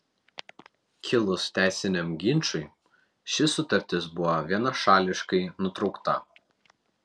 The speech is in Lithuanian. kilus teisiniam ginčui ši sutartis buvo vienašališkai nutraukta